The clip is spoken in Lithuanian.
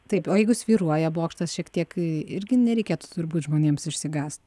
taip o jeigu svyruoja bokštas šiek tiek irgi nereikėtų turbūt žmonėms išsigąst